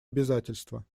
обязательства